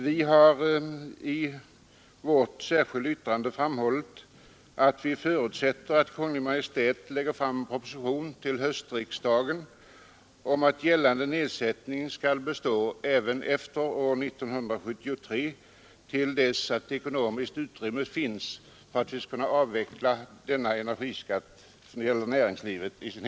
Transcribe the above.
Vi har i vårt särskilda yttrande framhållit att vi förutsätter att Kungl. Maj:t lägger fram en proposition till höstriksdagen om att den gällande nedsättningen skall bestå även efter 1973 och till dess ekonomiskt utrymme finns för att vi skall kunna avveckla energiskatten i dess helhet för näringslivet. Herr talman!